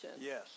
Yes